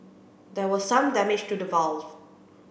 there was some damage to the valve